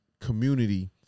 community